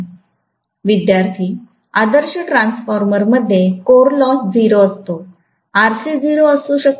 विद्यार्थीःआदर्श transformer मध्ये core loss 0असतो Rc 0 असू शकतो का